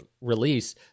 release